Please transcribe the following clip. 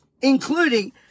including